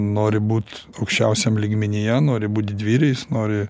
nori būt aukščiausiam lygmenyje nori būt didvyriais nori